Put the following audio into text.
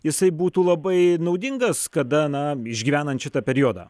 jisai būtų labai naudingas kada na išgyvenant šitą periodą